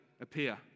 appear